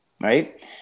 Right